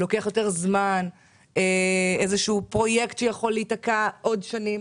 במקרים בהם מדובר באיזה פרויקט שיכול להיתקע עוד שנים,